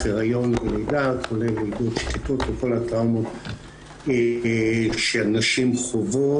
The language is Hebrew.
היריון ולידה וכל הטראומות שהנשים חוות.